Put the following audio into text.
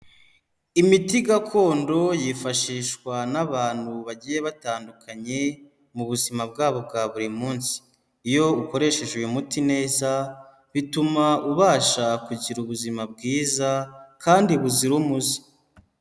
Imiti gakondo yifashishwa n'abantu bagiye batandukanye, mu buzima bwabo bwa buri munsi, iyo ukoresheje uyu muti neza, bituma ubasha kugira ubuzima bwiza kandi buzira umuze.